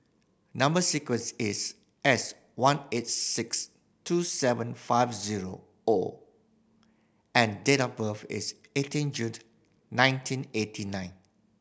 number sequence is S one eight six two seven five zero O and date of birth is eighteen June nineteen eighty nine